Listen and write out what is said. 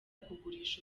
kugurisha